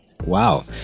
Wow